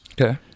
Okay